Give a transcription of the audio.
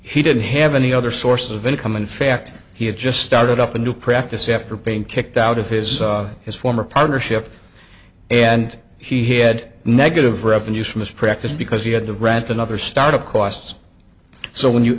he didn't have any other source of income in fact he had just started up a new practice after being kicked out of his his former partnership and he had negative revenues from his practice because he had the rent another start up costs so when you